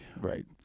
Right